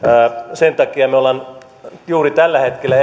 sen takia me me olemme juuri tällä hetkellä